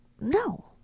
No